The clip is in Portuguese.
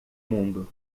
mundo